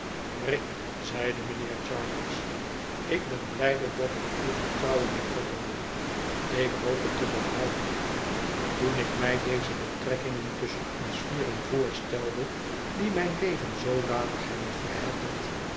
rick zeide mijnheer jarndyce ik ben blijde dat ik uw vertrouwen heb gewonnen ik hoop het te behouden toen ik mij deze betrekkingen tusschen ons vieren voorstelde die mijn leven zoodanig hebben verhelderd